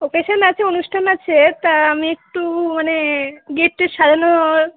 occasion আছে অনুষ্ঠান আছে তা আমি একটু মানে গিফ্ট টিফ্ট সাজানোর